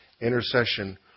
intercession